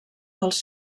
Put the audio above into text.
dels